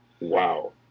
Wow